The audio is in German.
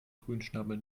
grünschnabel